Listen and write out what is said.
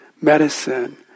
medicine